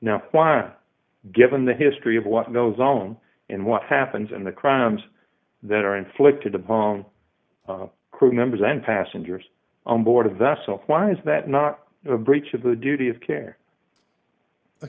now given the history of what goes on and what happens in the crimes that are inflicted upon the crew members and passengers on board a vessel why is that not a breach of the duty of care a